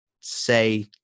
say